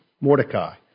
Mordecai